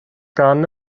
gan